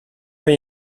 ben